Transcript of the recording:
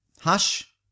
Hush